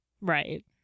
Right